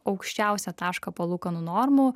aukščiausią tašką palūkanų normų